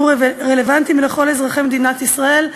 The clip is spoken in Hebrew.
יהיו רלוונטיות לכל אזרחי מדינת ישראל,